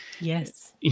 Yes